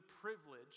privilege